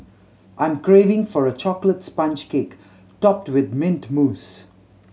I'm craving for a chocolate sponge cake topped with mint mousse